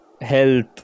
health